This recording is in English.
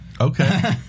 Okay